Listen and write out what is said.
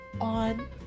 on